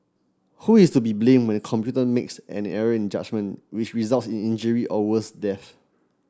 who is to be blamed when a computer makes an error in judgement which results in injury or worse death